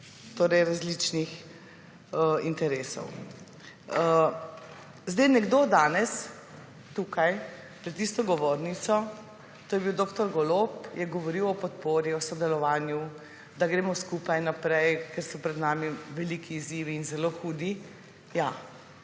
različnih interesov. Nekdo danes tukaj pred isto govornico, to je bil dr. Golob, je govoril o podpori, o sodelovanju, da gremo skupaj naprej, ker so pred nami veliki izzivi in zelo hudi. Ja.